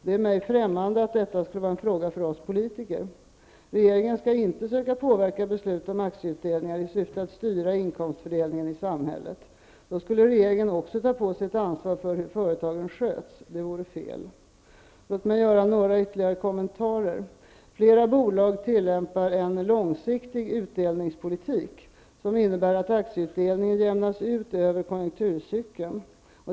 Det är mig främmande att detta skulle vara en fråga för oss politiker. Regeringen skall inte söka påverka beslut om aktieutdelningar i syfte att styra inkomstfördelningen i samhället. Då skulle regeringen också ta på sig ett ansvar för hur företagen sköts. Det vore fel. Låt mig göra några ytterligare kommentarer. Flera bolag tillämpar en långsiktig utdelningspolitik, som innebär att aktieutdelningen jämnas ut över konjunkturcykeln.